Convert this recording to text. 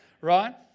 right